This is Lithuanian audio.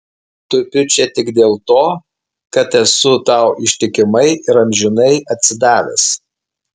tupiu čia tik dėl to kad esu tau ištikimai ir amžinai atsidavęs